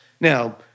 Now